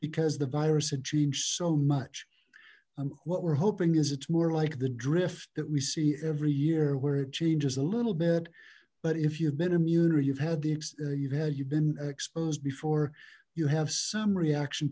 because the virus had changed so much what we're hoping is it's more like the drift that we see every year where it changes a little bit but if you've been immune or you've had these you've had you've been exposed before you have some reaction